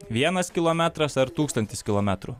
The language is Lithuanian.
vienas kilometras ar tūkstantis kilometrų